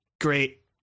great